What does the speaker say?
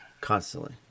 Constantly